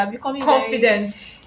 confident